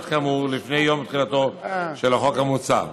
כאמור לפני יום תחילתו של החוק המוצע.